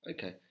Okay